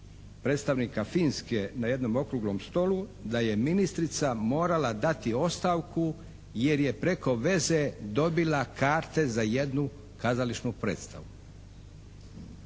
predstavnika Finske na jednom Okruglom stolu da je ministrica morala dati ostavku jer je preko veze dobila karte za jednu kazališnu predstavu.